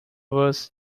was